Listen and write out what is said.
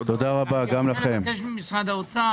אני מבקש ממשרד האוצר,